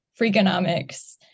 Freakonomics